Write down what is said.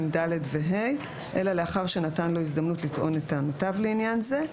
(ד) ו-(ה) אלא לאחר שנתן לו הזדמנות לטעון את טענותיו לעניין זה.